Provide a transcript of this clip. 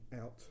out